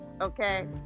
Okay